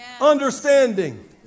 understanding